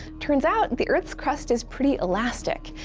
turns out, and the earth's crust is pretty elastic,